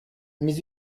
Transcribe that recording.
mais